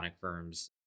firms